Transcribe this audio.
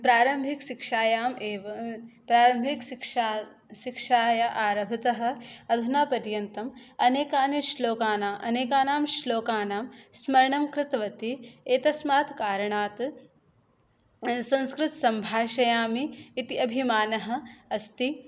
प्रारम्भिकशिक्षायाम् एव प्रारम्भिक शिक्षायाः आरम्भतः अधुना पर्यन्तम् अनेकानि श्लोकानाम् अनेकानां श्लोकानां स्मरणं कृतवती एतस्मात् कारणात् संस्कृतसम्भाषयामि इति अभिमानः अस्ति